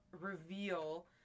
reveal